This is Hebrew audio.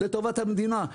לטובת המדינה.